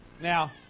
Now